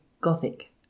Gothic